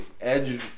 Edge